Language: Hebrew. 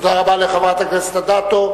תודה רבה לחברת הכנסת אדטו.